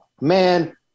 man